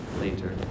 later